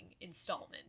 installment